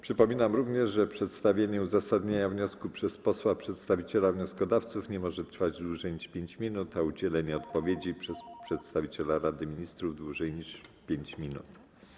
Przypominam również, że przedstawienie uzasadnienia wniosku przez posła przedstawiciela wnioskodawców nie może trwać dłużej niż 5 minut, a udzielenie odpowiedzi przez przedstawiciela Rady Ministrów - dłużej niż 5 minut.